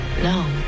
no